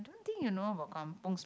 don't think you know about kampung